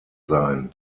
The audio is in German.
sein